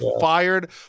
fired